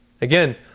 Again